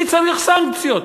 מי צריך סנקציות?